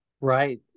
Right